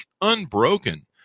Unbroken